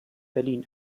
berlin